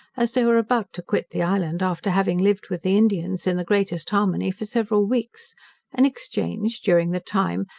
as they were about to quit the island after having lived with the indians in the greatest harmony for several weeks and exchanged, during the time,